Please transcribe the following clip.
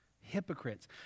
Hypocrites